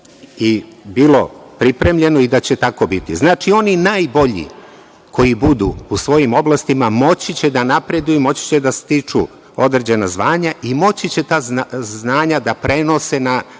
i bilo pripremljeno i da će tako biti. Znači, oni najbolji, koji budu u svojim oblastima, moći će da napreduju i moći će da stiču određena zvanja i moći će ta znanja da prenose na